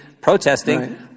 protesting